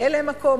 יהיה להם מקום.